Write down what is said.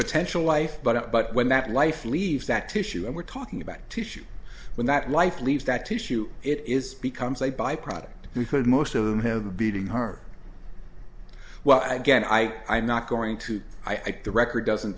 potential life but but when that life leaves that tissue and we're talking about tissue when that life leaves that tissue it is becomes a byproduct because most of them have a beating heart well again i am not going to i think the record doesn't